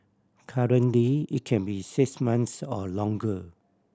currently it can be six months or longer